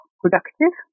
productive